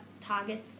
targets